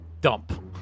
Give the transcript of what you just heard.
dump